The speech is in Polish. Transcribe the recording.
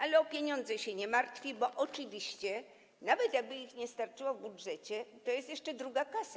Ale o pieniądze się nie martwi, bo oczywiście jakby ich nie starczyło w budżecie, to jest jeszcze druga kasa.